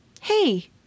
hey